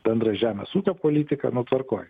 bendrą žemės ūkio politiką nu tvarkoj